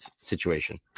situation